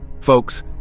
Folks